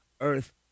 earth